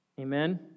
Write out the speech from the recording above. Amen